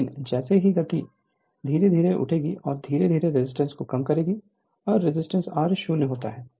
लेकिन जैसे ही गति π धीरे धीरे उठेगी और धीरे धीरे रेजिस्टेंस को कम करेगी और रेजिस्टेंस r 0 होता है